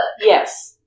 yes